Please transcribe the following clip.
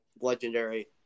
legendary